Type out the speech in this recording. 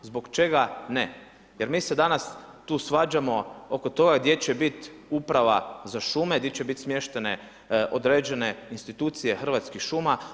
Zbog čega ne? jer mi se danas tu svađamo oko toga gdje će biti uprava za šume, gdje će biti smještene određene institucije Hrvatskih šuma.